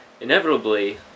inevitably